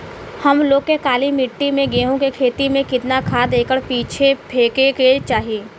हम लोग के काली मिट्टी में गेहूँ के खेती में कितना खाद एकड़ पीछे फेके के चाही?